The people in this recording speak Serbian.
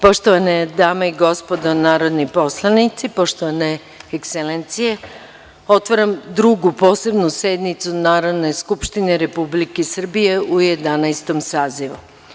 Poštovane dame i gospodo narodni poslanici, poštovane ekselencije, otvaram Drugu posebnu sednicu Narodne skupštine Republike Srbije u Jedanaestom sazivu.